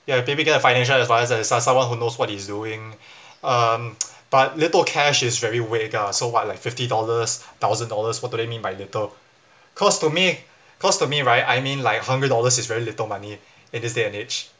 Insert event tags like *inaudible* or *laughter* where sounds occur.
ya a typical financial advisors is so~ someone who knows what he's doing um *noise* but little cash is very vague ah so what like fifty dollars thousand dollars what do they mean by little cause to me cause to me right I mean like hundred dollars is very little money in this day and age